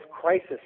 crisis